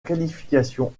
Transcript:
qualification